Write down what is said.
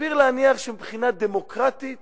סביר להניח שמבחינה דמוקרטית